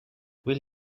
will